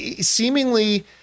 seemingly